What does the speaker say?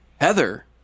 Heather